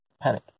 panic